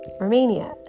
romania